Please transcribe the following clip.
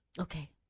Okay